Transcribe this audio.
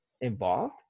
involved